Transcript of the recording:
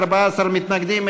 14 מתנגדים,